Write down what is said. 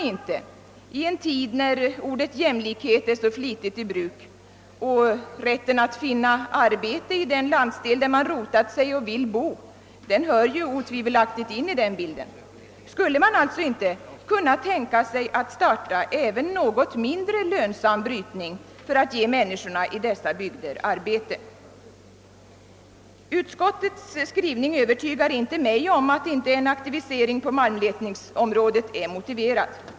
I en tid när ordet jämlikhet är så flitigt i bruk — och rätten att finna arbete i den landsdel där man rotat sig och vill bo hör ju otvivelaktigt till den bilden — skulle man alltså inte kunna tänka sig att starta även en något mindre lönsam brytning för att ge människorna i dessa bygder arbete. Utskottets skrivning övertygar inte mig om att inte en aktivisering på malmletningsområdet är motiverad.